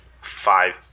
five